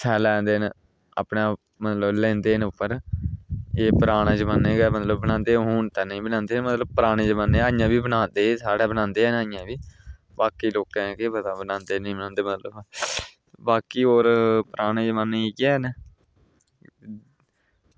सिआलें दिनें अपने मतलब लैंदे न उप्पर एह् पराने जमानै ई गै बनांदे हे हून ते नेईं बनांदे पर हून भी ऐहीं बी साढ़े बनांदे न ऐहीं बी बाकी लोकें केह् पता बनांदे जां नेईं बनांदे केह् पता बाकी होर पराने जमानै ई इयै न